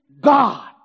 God